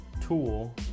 tool